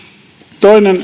toinen